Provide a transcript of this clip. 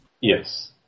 Yes